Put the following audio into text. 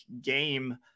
game